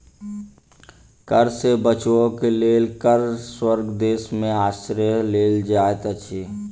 कर सॅ बचअ के लेल कर स्वर्ग देश में आश्रय लेल जाइत अछि